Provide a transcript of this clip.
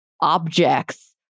objects